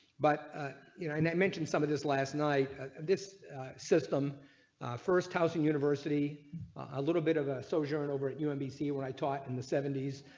but, ah you know i mentioned some of this last night at this system first housing university a little bit of a social and over at you nbc when i taught in the seventies.